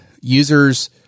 users